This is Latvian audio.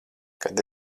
kad